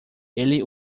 ele